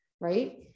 right